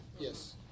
Yes